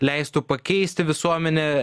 leistų pakeisti visuomenė